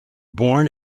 born